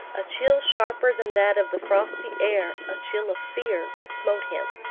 a chill sharper than that of the frosty air a chill of fear smote him.